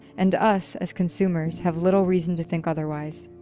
and us, as consumers, have little reason to think otherwise,